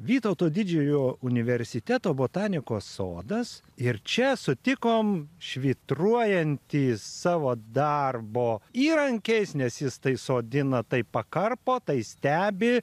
vytauto didžiojo universiteto botanikos sodas ir čia sutikom švytruojantį savo darbo įrankiais nes jis tai sodina tai pakarpo tai stebi